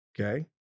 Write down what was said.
Okay